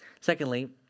Secondly